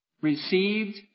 received